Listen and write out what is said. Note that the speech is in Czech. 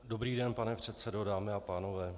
Dobrý den, pane předsedo, dámy a pánové.